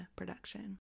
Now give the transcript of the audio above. production